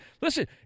listen